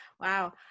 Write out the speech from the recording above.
Wow